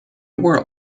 were